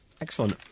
Excellent